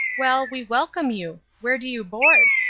well, we welcome you. where do you board?